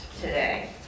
today